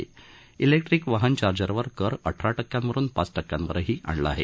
तसंच इलेक्ट्रीक वाहन चार्जरवर कर आठरा टक्क्यांवरुन पाच टक्क्यांवर आणला आहे